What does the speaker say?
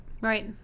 Right